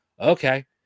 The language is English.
Okay